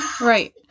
Right